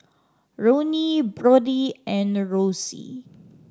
Ronnie Brodie and Rosy